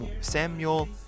Samuel